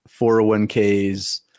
401ks